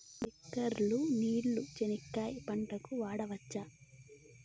స్ప్రింక్లర్లు నీళ్ళని చెనక్కాయ పంట కు వాడవచ్చా?